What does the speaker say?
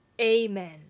Amen